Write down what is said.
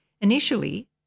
Initially